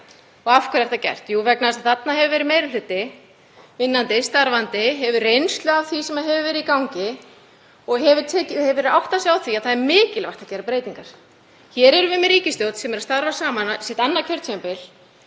Af hverju er það gert? Vegna þess að þar hefur verið meiri hluti starfandi sem hefur reynslu af því sem hefur verið í gangi og hefur áttað sig á því að það er mikilvægt að gera breytingar. Hér erum við með ríkisstjórn sem er að starfa saman sitt annað kjörtímabil